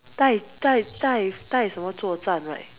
代代代代什么作战 right